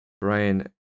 Brian